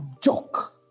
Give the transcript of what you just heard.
joke